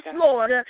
Lord